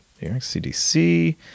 cdc